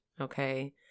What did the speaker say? okay